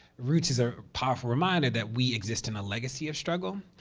roots is a powerful reminder that we exist in a legacy of struggle,